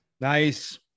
nice